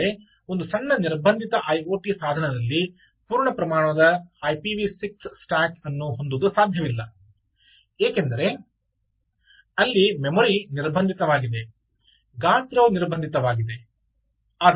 ಆದರೆ ಒಂದು ಸಣ್ಣ ನಿರ್ಬಂಧಿತ ಐಒಟಿ ಸಾಧನದಲ್ಲಿ ಪೂರ್ಣ ಪ್ರಮಾಣದ ಐಪಿವಿ 6 ಸ್ಟ್ಯಾಕ್ ಅನ್ನು ಹೊಂದುವುದು ಸಾಧ್ಯವಿಲ್ಲ ಏಕೆಂದರೆ ಅಲ್ಲಿ ಮೆಮೊರಿ ನಿರ್ಬಂಧಿತವಾಗಿದೆ ಗಾತ್ರವು ನಿರ್ಬಂಧಿತವಾಗಿದೆ